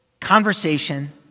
conversation